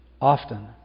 Often